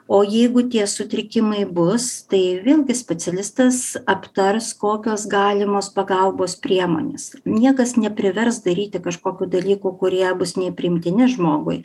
o jeigu tie sutrikimai bus tai vėlgi specialistas aptars kokios galimos pagalbos priemonės niekas neprivers daryti kažkokių dalykų kurie bus nepriimtini žmogui